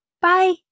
Bye